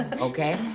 okay